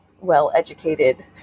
well-educated